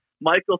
Michael